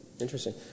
Interesting